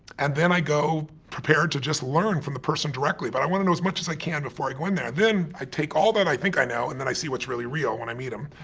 and then i go prepare to just learn from the person directly. but i wanna know as much as i can before i go in there. then i take all that i think i know and then i see what's really real when i meet them.